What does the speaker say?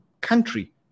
country